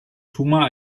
tumor